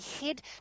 head